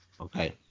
Okay